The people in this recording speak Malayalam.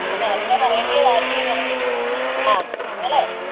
അത് നേരത്തെ പറയേണ്ടതായിരുന്നു നിങ്ങൾ ആ നിങ്ങളേ